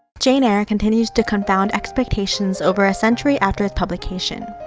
jane eyre continues to confound expectations over a century after its publication.